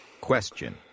Question